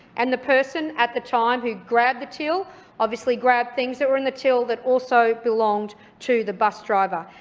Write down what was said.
and the person at the time who grabbed the till obviously grabbed things that were in the till that also belonged to the bus driver.